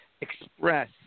express